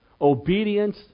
Obedience